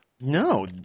No